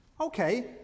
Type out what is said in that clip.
Okay